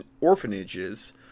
orphanages